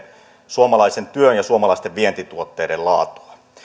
suomalaisen työn ja suomalaisten vientituotteiden laatua